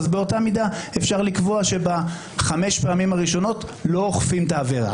אז באותה מידה אפשר לקבוע שבחמש פעמים הראשונות לא אוכפים את העבירה.